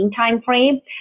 timeframe